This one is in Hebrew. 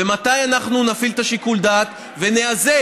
ומתי אנחנו נפעיל את שיקול הדעת ונאזן.